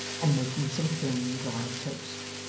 and making some thin dry toast.